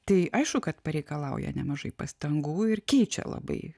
tai aišku kad pareikalauja nemažai pastangų ir keičia labai